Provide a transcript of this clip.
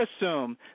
assume